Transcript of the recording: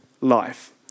life